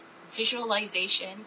visualization